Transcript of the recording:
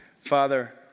Father